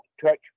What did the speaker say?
touch